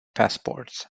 passports